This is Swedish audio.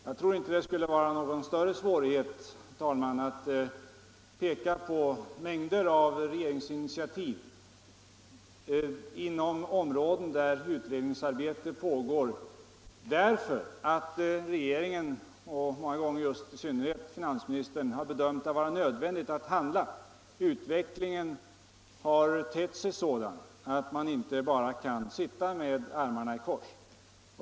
Jag tror inte att det skulle vara någon större svårighet att peka på mängder av regeringsinitiativ inom områden där utredningsarbete pågår, därför att regeringen —- och många gånger i synnerhet finansministern — har bedömt det som nödvändigt att handla. Utvecklingen har tett sig sådan att man inte bara kan sitta med armarna i kors.